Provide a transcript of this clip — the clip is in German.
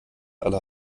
aller